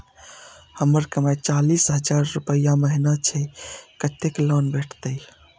हमर कमाय चालीस हजार रूपया महिना छै कतैक तक लोन भेटते?